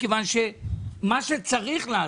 מכיוון שמה שצריך לעשות,